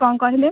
କ'ଣ କହିଲେ